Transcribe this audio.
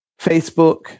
Facebook